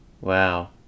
Wow